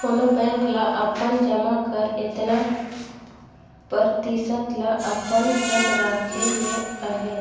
कोनो बेंक ल अपन जमा कर एतना परतिसत ल अपन जग राखे ले अहे